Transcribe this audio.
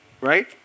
Right